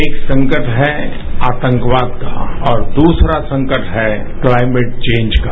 एक संकट है आतंकवाद का और दूसरा संकट है क्लाइमेट चेंज का